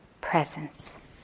presence